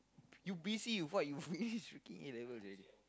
you busy with what you busy finish A-level already